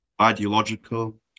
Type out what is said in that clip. ideological